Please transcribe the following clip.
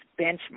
benchmark